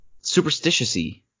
superstitious-y